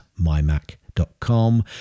mymac.com